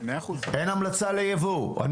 אין המלצה ליבוא.